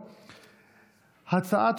זרוע עבודה,